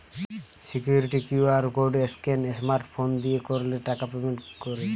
security QR code scan smart phone দিয়ে করলে টাকা পেমেন্ট করে